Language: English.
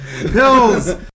Pills